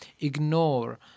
ignore